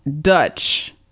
Dutch